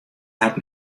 hat